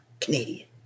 Canadian